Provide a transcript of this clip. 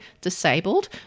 disabled